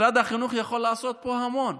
משרד החינוך יכול לעשות פה המון.